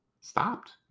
stopped